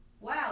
wow